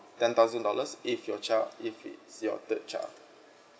ten thousand dollars if your child if it's your third child